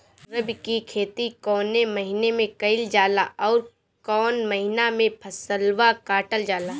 रबी की खेती कौने महिने में कइल जाला अउर कौन् महीना में फसलवा कटल जाला?